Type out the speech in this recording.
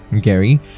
Gary